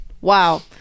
Wow